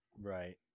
Right